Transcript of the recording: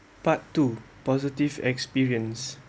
part two positive experience